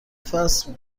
فصل